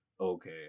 okay